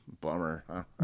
bummer